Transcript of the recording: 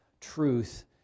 truth